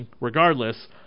regardless